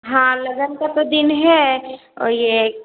हाँ लगन का तो दिन है और यह